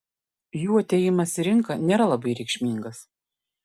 jų atėjimas į rinką nėra labai reikšmingas